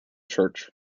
church